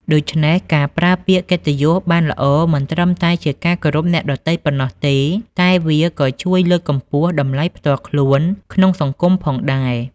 ដូច្នេះ ការប្រើពាក្យកិត្តិយសបានល្អ មិនត្រឹមតែជាការគោរពអ្នកដទៃប៉ុណ្ណោះទេ តែវាក៏ជួយលើកកម្ពស់តម្លៃផ្ទាល់ខ្លួនក្នុងសង្គមផងដែរ។